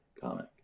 comic